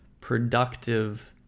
productive